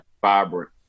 vibrant